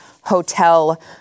hotel